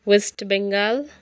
West Bengal